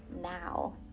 now